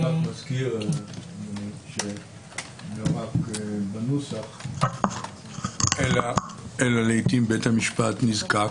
אני מזכיר שלא רק בנוסח אלא לעיתים בית המשפט נזקק